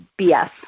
BS